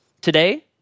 Today